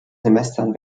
semestern